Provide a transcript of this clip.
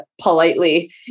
politely